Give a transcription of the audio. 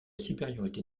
supériorité